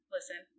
Listen